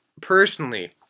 Personally